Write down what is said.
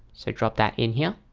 so drop that in here